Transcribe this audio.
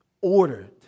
ordered